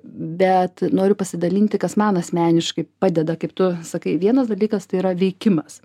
bet noriu pasidalinti kas man asmeniškai padeda kaip tu sakai vienas dalykas tai yra veikimas